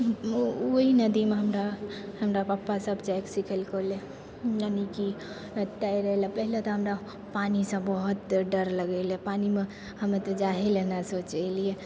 ओही नदीमे हमरा हमरा पपा सब जाइके सिखेलको रहय मने कि तैरय लए पहिले तऽ हमरा पानिसँ बहुत डर लगय रहय पानिमे हमे तऽ जाहे लए नहि सोचय रहियै